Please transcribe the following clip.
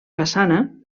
façana